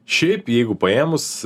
šiaip jeigu paėmus